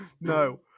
No